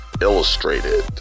illustrated